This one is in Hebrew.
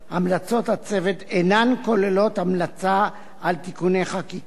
המלצות הצוות אינן כוללות המלצה על תיקוני חקיקה.